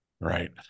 Right